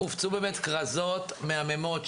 הופצו כרזות מהממות,